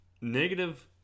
negative